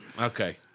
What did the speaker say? Okay